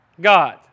God